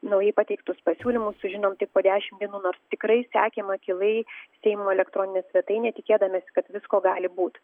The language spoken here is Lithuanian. naujai pateiktus pasiūlymus sužinom tik po dešimt dienų nors tikrai sekėm akylai seimo elektroninę svetainę tikėdamiesi kad visko gali būti